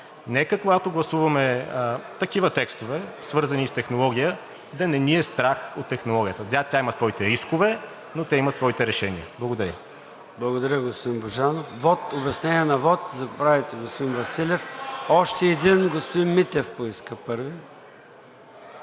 Нека, когато гласуваме такива текстове, свързани с технология, да не ни е страх от технологията – да, тя има своите рискове, но те имат своите решения. Благодаря. ПРЕДСЕДАТЕЛ ЙОРДАН ЦОНЕВ: Благодаря, господин Божанов. Обяснение на вот – заповядайте, господин Василев. Още един – господин Митев поиска първи.